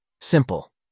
Simple